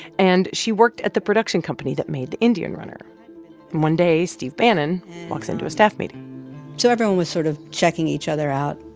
and she worked at the production company that made the indian runner. and one day, steve bannon walks into a staff meeting so everyone was sort of checking each other out.